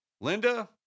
Linda